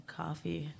coffee